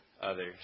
others